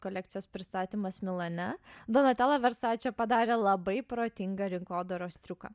kolekcijos pristatymas milane donatela versače padarė labai protingą rinkodaros triuką